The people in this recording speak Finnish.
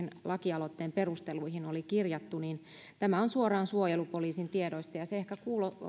lakialoitteen perusteluihin oli kirjattu tämä on suoraan suojelupoliisin tiedoista ja se ehkä